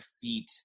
feet